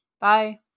bye